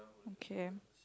okay